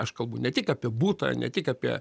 aš kalbu ne tik apie butą ne tik apie